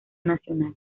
nacional